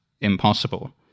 impossible